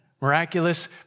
miraculous